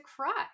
cry